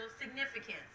significance